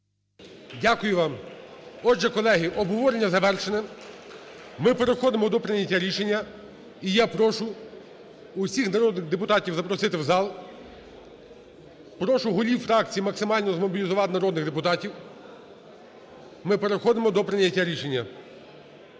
Дякую вам. Отже, колеги, обговорення завершене. Ми переходимо до прийняття рішення. І я прошу всіх народних депутатів запросити в зал. Прошу голів фракцій максимально змобілізувати народних депутатів. Ми переходимо до прийняття рішення.